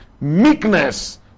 meekness